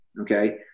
Okay